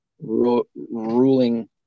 ruling